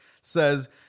says